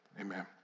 amen